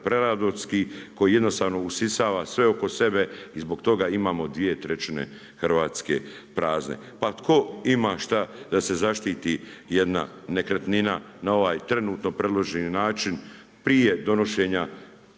razumije./… koji jednostavno usisava sve oko sebe i zbog toga imamo dvije trećine Hrvatske prazne. Pa tko ima šta da se zaštiti jedna nekretnina na ovaj trenutno predloženi način prije donošenja